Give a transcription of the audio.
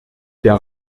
der